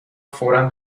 فورا